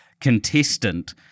contestant